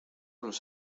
los